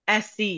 sc